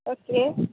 okay